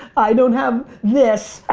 i don't have this,